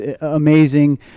amazing